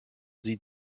sie